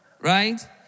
right